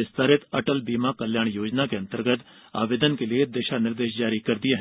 विस्तारित अटल बीमा कल्याण योजना के अंतर्गत आवेदन के लिए दिशा निर्देश जारी कर द दिए हैं